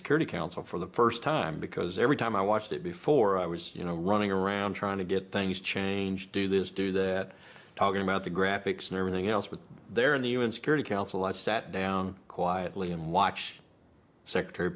security council for the first time because every time i watched it before i was you know running around trying to get things changed do this do that talking about the graphics and everything else was there in the u n security council i sat down quietly and watch secretary